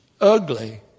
ugly